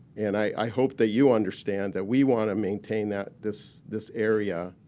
and i hope that you understand that we want to maintain that this this area,